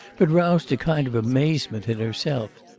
but roused a kind of amazement in herself.